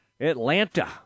Atlanta